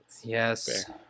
Yes